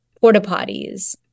porta-potties